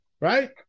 Right